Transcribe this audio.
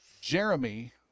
Jeremy